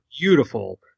beautiful